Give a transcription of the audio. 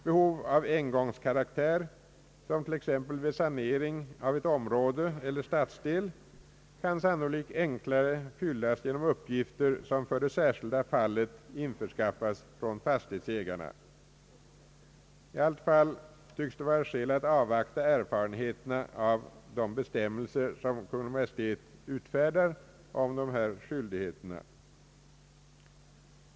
Behov av engångskaraktär, t.ex. vid sanering av ett område eller en stadsdel, kan sannolikt enklare fyllas genom uppgifter som för det särskilda fallet införskaffas från fastighetsägarna. I alla händelser tycks det vara skäl att avvakta erfarenheterna av de bestämmelser som Kungl. Maj:t utfärdar om dessa skyldigheter.